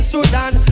Sudan